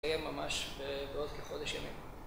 יהיה ממש בעוד כחודש ימים.